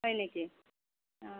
হয় নেকি